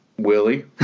Willie